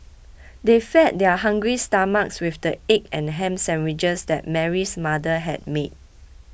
they fed their hungry stomachs with the egg and ham sandwiches that Mary's mother had made